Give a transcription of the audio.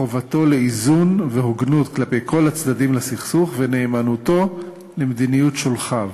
חובתו לאיזון והוגנות כלפי כל הצדדים לסכסוך ונאמנותו למדיניות שולחיו,